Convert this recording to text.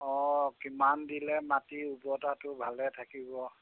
অঁ কিমান দিলে মাটি উৰ্বৰতাটো ভালে থাকিব